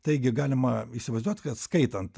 taigi galima įsivaizduot kad skaitant